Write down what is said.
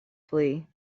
flee